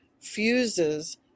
fuses